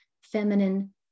feminine